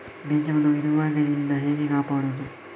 ಬೀಜವನ್ನು ಇರುವೆಗಳಿಂದ ಹೇಗೆ ಕಾಪಾಡುವುದು?